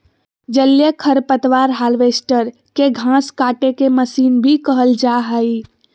जलीय खरपतवार हार्वेस्टर, के घास काटेके मशीन भी कहल जा हई